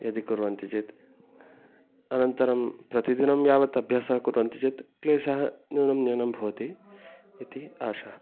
यदि कुर्वन्ति चेत् अनन्तरं प्रतिदिनं यावत् अभ्यासः कुर्वन्ति चेत् क्लेशः न्यूनः न्यूनः भवति इति आशा